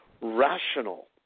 rational